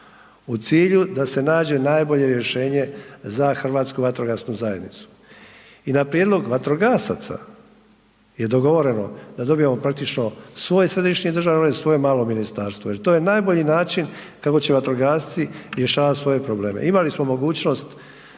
u cilju da se nađe najbolje rješenje za Hrvatsku vatrogasnu zajednicu. I na prijedlog vatrogasaca je dogovoreno da dobijemo praktično svoj središnji državni ured, svoje malo ministarstvo jer to je najbolji način kako će vatrogasci rješavati svoje probleme. Imali smo mogućnost